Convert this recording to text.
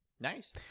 Nice